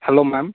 hello ma'am